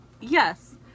yes